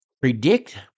predict